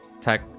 tech